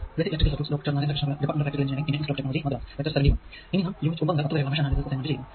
ഇനി നാം യൂണിറ്റ് 9 മുതൽ 10 വരെ ഉള്ള മെഷ് അനാലിസിസ് അസൈൻമെന്റ് ചെയ്യുന്നു